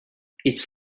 its